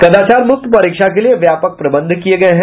कदाचारमुक्त परीक्षा के लिये व्यापक प्रबंध किये गये हैं